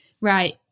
Right